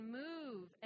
move